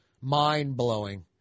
mind-blowing